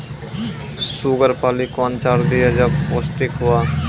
Sugar पाली कौन चार दिय जब पोस्टिक हुआ?